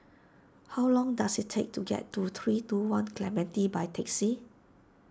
how long does it take to get to three two one Clementi by taxi